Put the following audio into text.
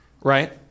right